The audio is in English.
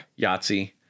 Yahtzee